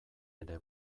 ere